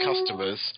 customers